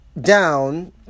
down